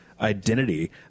identity